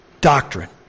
doctrine